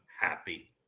happy